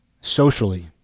socially